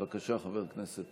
בבקשה, חבר הכנסת פורר.